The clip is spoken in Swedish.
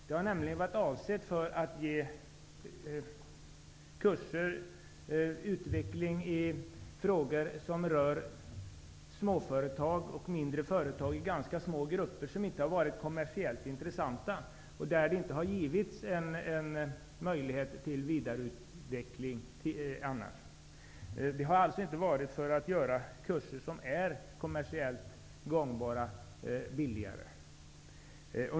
Det har nämligen varit avsett för att ge kurser och möjligheter till utveckling i frågor som rör småföretag och mindre företag i ganska små grupper som inte har varit kommersiellt intressanta och som annars inte skulle ha fått möjligheter till vidareutveckling. Anledningen har alltså inte varit att göra kurser billigare som är kommersiellt gångbara.